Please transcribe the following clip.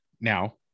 now